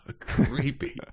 Creepy